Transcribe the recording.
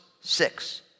six